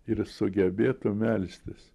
ir sugebėtų melstis